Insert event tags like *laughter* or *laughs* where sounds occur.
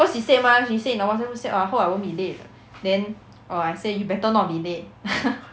cause she said mah she said in the WhatsApp group oh hope I won't be late then oh I say you better not be late *laughs*